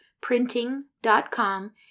Printing.com